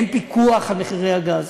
אין פיקוח על מחירי הגז.